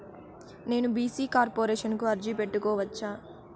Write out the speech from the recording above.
నేను BC corporation కు అర్జీ పెట్టుకోవచ్చా?